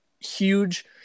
huge